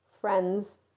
friends